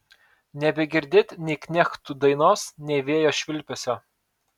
nebegirdėt nei knechtų dainos nei vėjo švilpesio